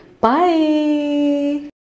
bye